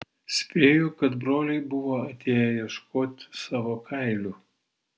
spėju kad broliai buvo atėję ieškot savo kailių